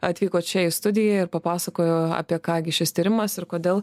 atvyko čia į studiją ir papasakojo apie ką gi šis tyrimas ir kodėl